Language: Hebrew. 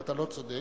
ואתה לא צודק,